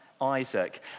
Isaac